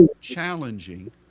challenging